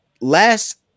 last